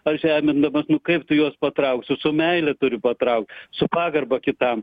ar žemindamas nu kaip tu juos patrauksi su meile turi patraukt su pagarba kitam